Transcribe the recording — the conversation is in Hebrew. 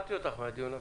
זכרתי אותך מהדיון הקודם.